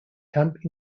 camp